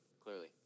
clearly